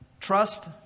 Trust